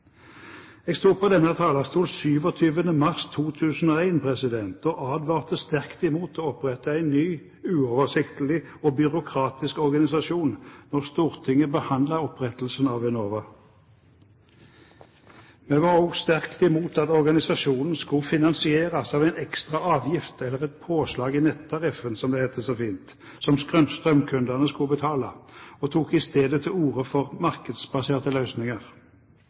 Jeg sto på denne talerstolen 27. mars 2001 og advarte sterkt mot å opprette en ny, uoversiktlig og byråkratisk organisasjon da Stortinget behandlet opprettelsen av Enova. Vi var også sterkt imot at organisasjonen skulle finansieres av en ekstra avgift, eller et påslag i nettariffen, som det heter så fint, som strømkundene skulle betale, og tok i stedet til orde for markedsbaserte løsninger.